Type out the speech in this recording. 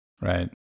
Right